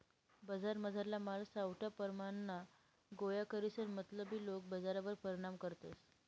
बजारमझारला माल सावठा परमाणमा गोया करीसन मतलबी लोके बजारवर परिणाम करतस